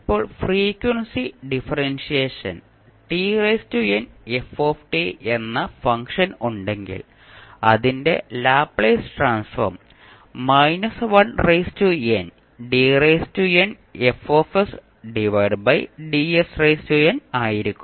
ഇപ്പോൾ frequency differentiation എന്ന function ഉണ്ടെങ്കിൽ അതിന്റെ ലാപ്ലേസ് ട്രാൻസ്ഫോം ആയിരിക്കും